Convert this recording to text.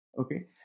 Okay